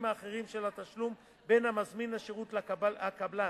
האחרים של התשלום בין מזמין השירות לקבלן,